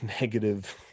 negative